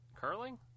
Curling